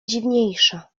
dziwniejsza